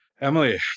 Emily